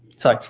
sorry,